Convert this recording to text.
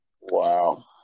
Wow